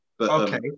Okay